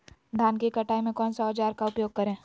धान की कटाई में कौन सा औजार का उपयोग करे?